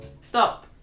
stop